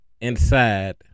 inside